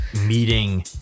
meeting